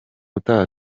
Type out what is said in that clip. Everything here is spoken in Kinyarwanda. utaha